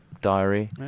diary